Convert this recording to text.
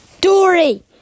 Dory